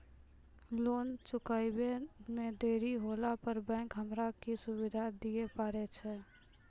Loan चुकब इ मे देरी होला पर बैंक हमरा की सुविधा दिये पारे छै?